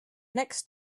next